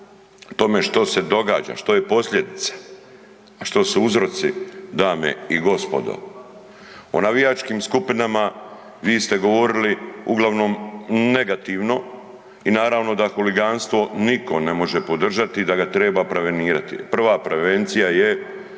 tome što se događa, što je posljedica, a što su uzroci dame i gospodo. O navijačkim skupinama vi ste govorili uglavnom negativno i naravno da huliganstvo niko ne može podržati, da ga treba prevenirati. Prva prevencija je